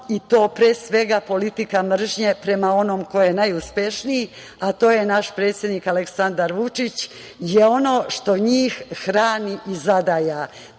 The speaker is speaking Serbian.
i to pre svega politika mržnje prema onom ko je najuspešniji, a to je naš predsednik Aleksandar Vučić, je ono što njih hrani i zadaja.